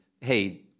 Hey